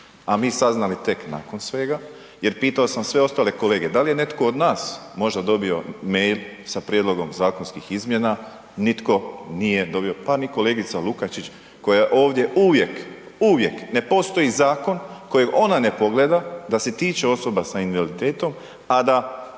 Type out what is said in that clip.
a mi saznali tek nakon svega jer pitao sam sve ostale kolege, da li je netko od nas možda dobio mail sa prijedlogom zakonskih izmjena, nitko nije dobio, pa ni kolegica Lukačić koja je ovdje uvijek, uvijek, ne postoji zakon kojeg ona ne pogleda da se tiče osoba s invaliditetom, a da